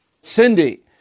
cindy